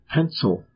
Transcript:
Pencil